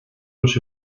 los